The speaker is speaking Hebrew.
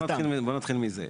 רגע, בוא נתחיל מזה.